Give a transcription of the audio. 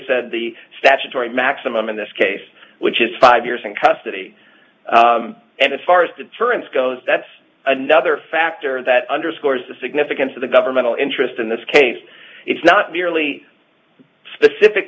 said the statutory maximum in this case which is five years in custody and as far as deterrence goes that's another factor that underscores the significance of the governmental interest in this case it's not merely specific